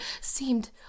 seemed